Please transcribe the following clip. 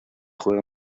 juega